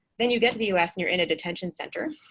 then you get to the us, and you're in a detention center.